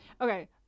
okay